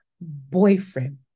boyfriend